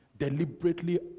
Deliberately